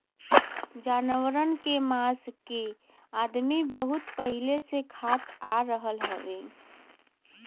जानवरन के मांस के अदमी बहुत पहिले से खात आ रहल हउवे